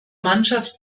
mannschaft